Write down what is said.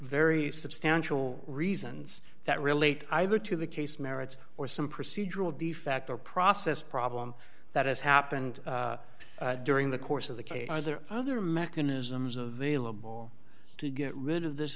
very substantial reasons that relate either to the case merits or some procedural de facto process problem that has happened during the course of the case there are other mechanisms available to get rid of this